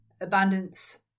abundance